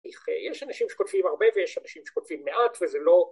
‫יש אנשים שכותבים הרבה ‫ויש אנשים שכותבים מעט וזה לא...